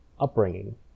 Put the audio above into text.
upbringing